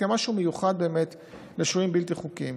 משהו מיוחד לשוהים בלתי חוקיים.